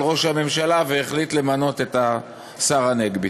על ראש הממשלה והוא החליט למנות את השר הנגבי.